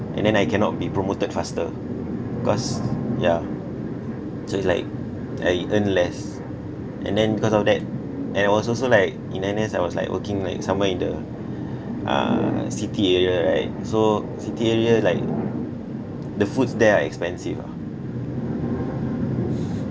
and then I cannot be promoted faster cause yeah so it's like I earn less and then because of that and I was also like in N_S I was like working like somewhere in the uh city area right so city area like the foods there are expensive ah